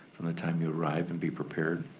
from the time you arrive and be prepared.